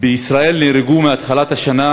בישראל נהרגו מהתחלת השנה